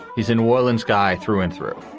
he's in orleans. guy through and through.